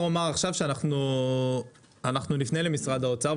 אנחנו נפנה למשרד האוצר,